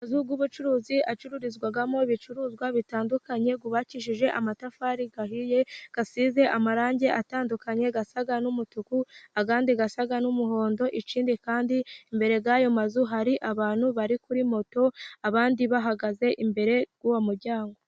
Amazu y'ubucuruzi acururizwamo ibicuruzwa bitandukanye yubakishije amatafari ahiye, asize amarangi atandukanye asa n'umutuku andi asa n'umuhondo. Ikindi kandi imbere y'ayo mazu hari abantu bari kuri moto ,abandi bahagaze imbere y'uwo muryango.